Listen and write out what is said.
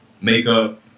makeup